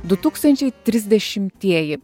du tūkstančiai trisdešimtieji